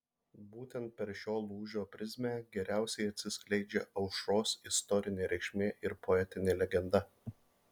būtent per šio lūžio prizmę geriausiai atsiskleidžia aušros istorinė reikšmė ir poetinė legenda